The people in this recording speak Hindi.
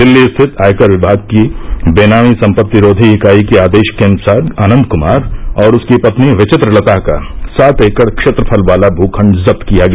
दिल्ली स्थित आयकर विभाग की बेनामी सम्पत्तिरोधी इकाई के आदेश के अनुसार आनंद कुमार और उसकी पत्नी विचित्रलता का सात एकड़ क्षेत्रफल वाला भूखण्ड जब्त किया गया